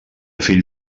fill